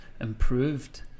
improved